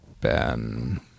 ben